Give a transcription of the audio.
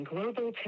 Global